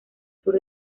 sur